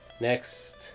next